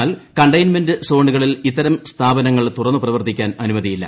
എന്നാൽ കണ്ടെയ്ൻമെന്റ് സോണുകളിൽ ഇത്തരം സ്ഥാപനങ്ങൾ തുറന്നു പ്രവർത്തിക്കാൻ അനുമതിയില്ല